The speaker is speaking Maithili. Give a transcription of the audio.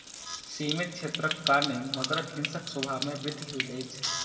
सीमित क्षेत्रक कारणेँ मगरक हिंसक स्वभाव में वृद्धि होइत अछि